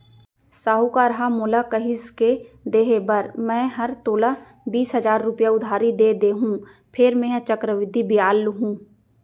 साहूकार ह मोला कहिस के देहे बर मैं हर तोला बीस हजार रूपया उधारी दे देहॅूं फेर मेंहा चक्रबृद्धि बियाल लुहूं